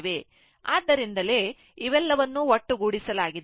ಅದಕ್ಕಾಗಿಯೇ ಇವೆಲ್ಲವನ್ನೂ ಒಟ್ಟುಗೂಡಿಸಲಾಗಿದೆ